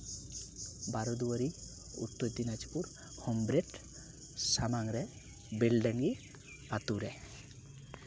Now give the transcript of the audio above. ᱵᱟᱨᱚᱫᱩᱣᱟᱨᱤ ᱩᱛᱛᱚᱨ ᱫᱤᱱᱟᱡᱽᱯᱩᱨ ᱦᱳᱢ ᱨᱮᱴ ᱥᱟᱢᱟᱝ ᱨᱮ ᱵᱮᱞᱰᱟᱝᱜᱤ ᱟᱛᱳ ᱨᱮ